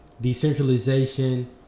decentralization